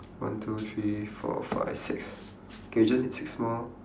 one two three four five six okay we just need six more